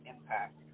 impact